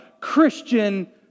Christian